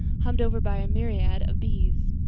hummed over by a myriad of bees.